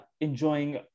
enjoying